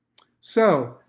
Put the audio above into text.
so,